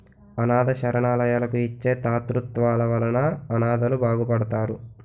అనాధ శరణాలయాలకు ఇచ్చే తాతృత్వాల వలన అనాధలు బాగుపడతారు